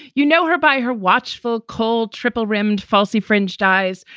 you know her by her watchful, cold, triple rimmed falsey fringed eyes,